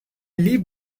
live